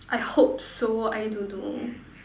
I hope so I don't know